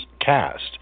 cast